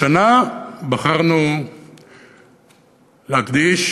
השנה בחרנו להקדיש